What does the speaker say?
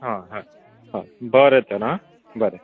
हय हय हय बरें तर हा बरें